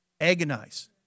Agonize